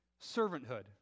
servanthood